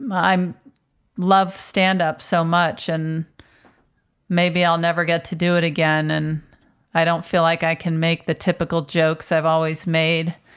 um love stand up so much and maybe i'll never get to do it again and i don't feel like i can make the typical jokes i've always made.